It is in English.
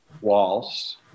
walls